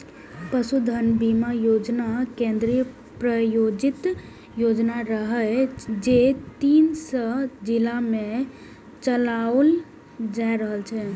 पशुधन बीमा योजना केंद्र प्रायोजित योजना रहै, जे तीन सय जिला मे चलाओल जा रहल छै